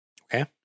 Okay